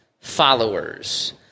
followers